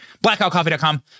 BlackoutCoffee.com